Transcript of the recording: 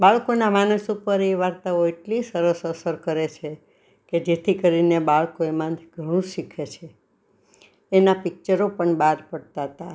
બાળકોના માનસ ઉપર એ વાર્તાઓ એટલી સરસ અસર કરે છે કે જેથી કરીને બાળકો ઘણું શીખે છે એના પિક્ચરો પણ બહાર પડતા હતા